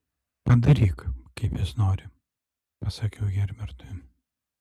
padaryk kaip jis nori pasakiau herbertui